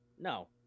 No